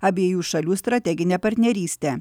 abiejų šalių strateginę partnerystę